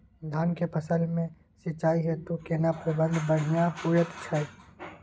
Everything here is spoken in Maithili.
धान के फसल में सिंचाई हेतु केना प्रबंध बढ़िया होयत छै?